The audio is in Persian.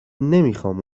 نمیخام